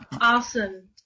Awesome